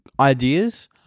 ideas